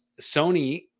Sony